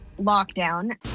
lockdown